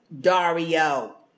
dario